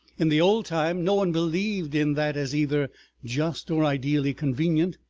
in the old time no one believed in that as either just or ideally convenient,